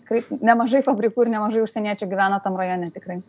tikrai nemažai fabrikų ir nemažai užsieniečių gyveno tam rajone tikrai